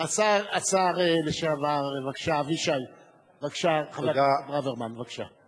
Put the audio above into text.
השר לשעבר אבישי ברוורמן, בבקשה.